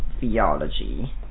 theology